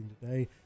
today